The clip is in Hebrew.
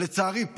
לצערי,